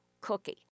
cookie